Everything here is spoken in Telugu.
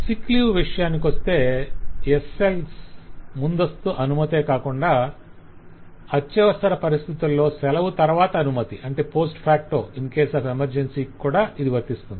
సిక్ లీవ్ విషయానికొస్తే SLs ముందస్తు అనుమతే కాకుండా అత్యవసర పరిస్థితుల్లో సెలవు తరవాత అనుమతి కూడా వర్తిస్తుంది